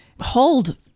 hold